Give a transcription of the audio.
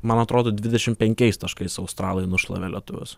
man atrodo dvidešimt penkiais taškais australai nušlavė lietuvius